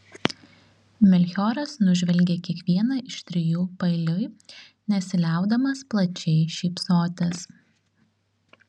melchioras nužvelgė kiekvieną iš trijų paeiliui nesiliaudamas plačiai šypsotis